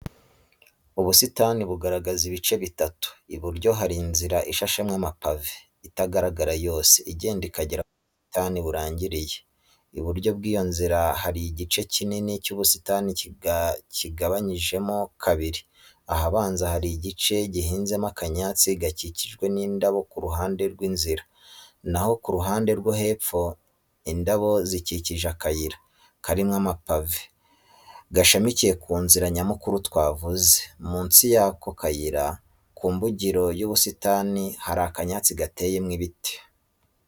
Ubusitani bugaragaza ibice bitatu. Iburyo hari inzira ishashemo amapave, itagaragara yose, igenda ikagera aho ubusitani burangiriye. Iburyo bw'iyo nzira, hari igice kinini cy'ubusitani kigabanyijemo kabiri: ahabanza hari igice gihinzemo akanyatsi gakikijwe n'indabo ku ruhande rw'inzira, naho ku ruhande rwo hepfo, indabo zikikije akayira, karimo amapave, gashamikiye ku nzira nyamukuru twavuze. Munsi y'ako kayira, ku mbugiro y'ubusitani, hari akanyatsi gateyemo ibiti.